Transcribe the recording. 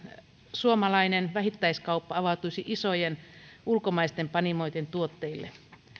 suomalainen vähittäiskauppa avautuisi isojen ulkomaisten panimoiden tuotteille